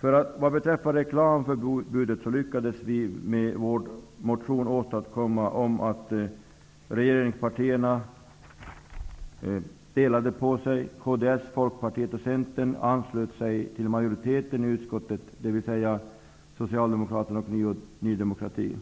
När det gäller reklamförbudet lyckades vi med vår motion åstadkomma att regeringspartierna delade på sig. Kds, Folkpartiet och Centern anslöt sig till majoriteten i utskottet, dvs. Socialdemokraterna och Ny demokrati.